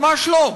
ממש לא.